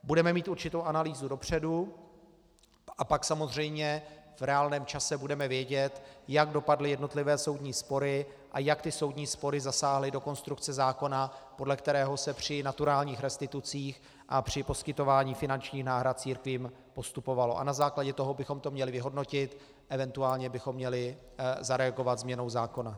Budeme mít určitou analýzu dopředu a pak samozřejmě v reálném čase budeme vědět, jak dopadly jednotlivé soudní spory a jak ty soudní spory zasáhly do konstrukce zákona, podle kterého se při naturálních restitucích a při poskytování finančních náhrad církvím postupovalo, a na základě toho bychom to měli vyhodnotit, event. bychom měli zareagovat změnou zákona.